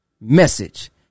Message